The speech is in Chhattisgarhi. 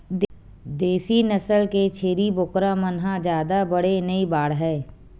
देसी नसल के छेरी बोकरा मन ह जादा बड़े नइ बाड़हय